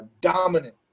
dominant